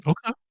Okay